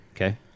okay